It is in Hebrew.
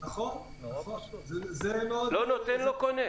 לא קונה.